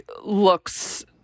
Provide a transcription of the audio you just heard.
looks